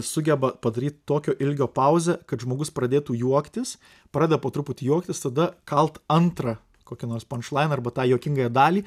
sugeba padaryt tokio ilgio pauzę kad žmogus pradėtų juoktis pradeda po truputį juoktis tada kalt antrą kokį nors pančlainą arba tą juokingą dalį